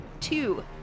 two